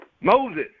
Moses